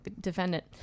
defendant